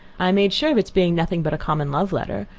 i made sure of its being nothing but a common love letter,